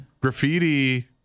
Graffiti